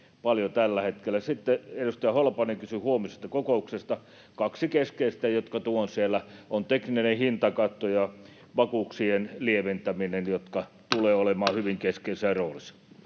paljon tällä hetkellä. Sitten edustaja Holopainen kysyi huomisesta kokouksesta. Kaksi keskeistä, jotka tuon siellä, ovat tekninen hintakatto ja vakuuksien lieventäminen, jotka tulevat olemaan hyvin keskeisessä roolissa.